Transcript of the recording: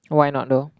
why not though